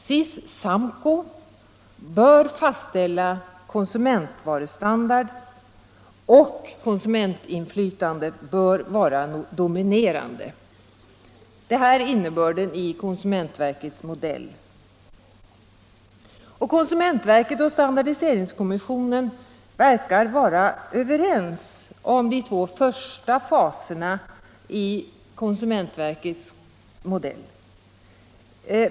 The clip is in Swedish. SIS-SAMKO bör fastställa konsumentvarustandarden, och konsumentinflytandet bör vara dominerande. Det är innebörden av konsumentverkets modell. Konsumentverket och standardiseringskommissionen verkar vara överens om de två första faserna i konsumentverkets modell.